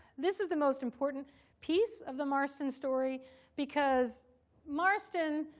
this is the most important piece of the marston story because marston,